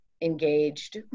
engaged